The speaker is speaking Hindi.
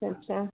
अच्छा